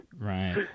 Right